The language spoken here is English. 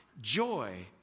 Joy